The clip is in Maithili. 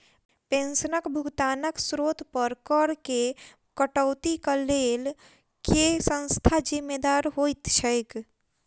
पेंशनक भुगतानक स्त्रोत पर करऽ केँ कटौतीक लेल केँ संस्था जिम्मेदार होइत छैक?